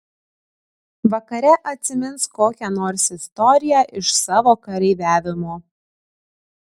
vakare atsimins kokią nors istoriją iš savo kareiviavimo